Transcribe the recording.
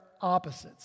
opposites